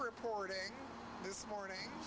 reporting this morning